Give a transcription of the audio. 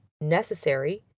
necessary